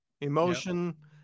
emotion